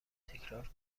تکرار